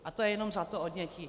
A to jenom za to odnětí.